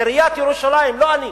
עיריית ירושלים, לא אני,